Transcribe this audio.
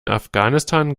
afghanistan